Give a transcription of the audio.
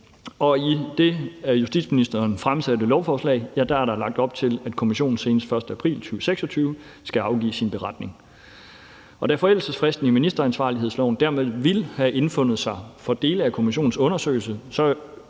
i det af justitsministeren fremsatte lovforslag er der lagt op til, at kommissionen senest den 1. april 2026 skal afgive sin beretning. Og da forældelsesfristen i ministeransvarlighedsloven dermed vil have indfundet sig for dele af kommissionens undersøgelse,